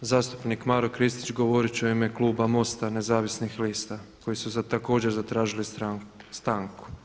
Zastupnik Maro Kristić govorit će u ime kluba MOST-a nezavisnih lista koji su također zatražili stanku.